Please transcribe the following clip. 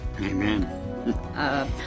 Amen